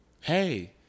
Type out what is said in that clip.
Hey